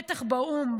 בטח באו"ם,